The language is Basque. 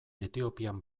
etiopian